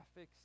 graphics